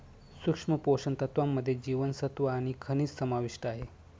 सूक्ष्म पोषण तत्त्वांमध्ये जीवनसत्व आणि खनिजं समाविष्ट आहे